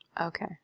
Okay